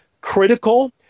critical